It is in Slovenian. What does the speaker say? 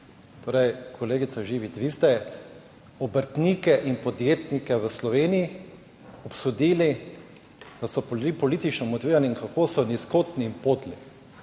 Torej, kolegica Živec, vi ste obrtnike in podjetnike v Sloveniji obsodili, da so politično motivirani in kako so nizkotni in podli.